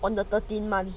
on the thirteen month